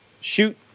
shoot